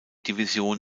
division